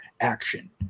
action